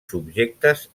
subjectes